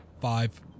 five